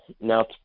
Now